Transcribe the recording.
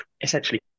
essentially